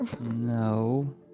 No